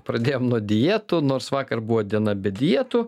pradėjom nuo dietų nors vakar buvo diena be dietų